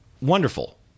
wonderful